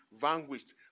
vanquished